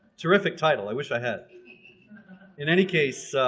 terrific title i wish i had in any case